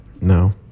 No